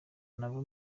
nava